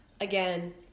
again